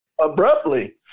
Abruptly